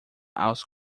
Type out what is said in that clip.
aos